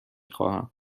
خواهم